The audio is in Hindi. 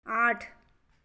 आठ